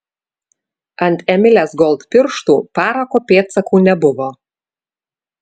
ant emilės gold pirštų parako pėdsakų nebuvo